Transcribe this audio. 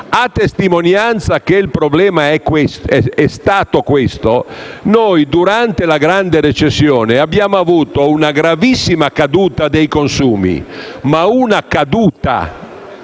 A testimonianza che il problema è stato questo, noi durante la grande recessione abbiamo sì avuto una gravissima caduta dei consumi, ma a fronte